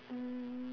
um